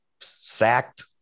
sacked